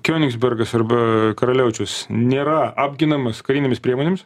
kijonivsbergas arba karaliaučius nėra apginamas karinėmis priemonėmis